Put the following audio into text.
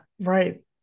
right